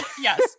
Yes